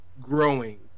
growing